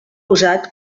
usat